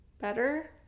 better